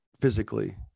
physically